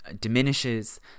diminishes